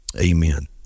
Amen